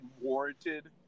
warranted